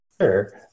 Sure